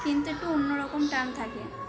কিন্তু একটু অন্যরকম টান থাকে